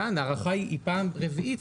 כאן ההארכה היא פעם רביעית,